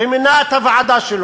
ומינה את הוועדה שלו,